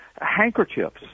handkerchiefs